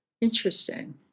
Interesting